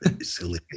Silly